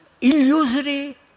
illusory